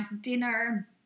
dinner